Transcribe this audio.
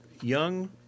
young